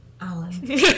Alan